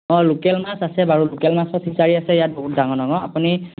অঁ লোকেল মাছ আছে বাৰু লোকেল মাছৰ ফিচাৰী আছে ইয়াত বহুত ডাঙৰ ডাঙৰ আপুনি